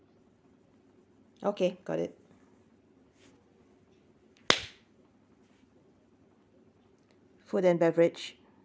okay got it food and beverage